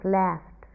left